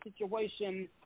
situation